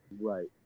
Right